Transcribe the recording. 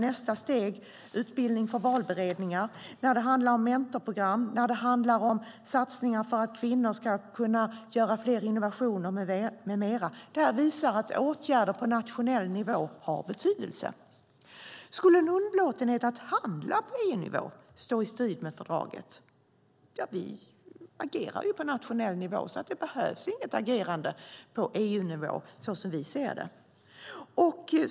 Nästa steg är utbildning för valberedningar. Det handlar också om mentorprogram och satsningar för att kvinnor ska kunna göra fler innovationer med mera. Detta visar att åtgärder på nationell nivå har betydelse. Skulle en underlåtenhet att handla på EU-nivå stå i strid med fördraget? Vi agerar ju på nationell nivå, så det behövs inget agerande på EU-nivå som vi ser det.